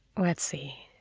let's see.